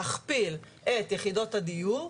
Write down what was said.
להכפיל את יחידות הדיור,